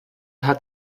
hat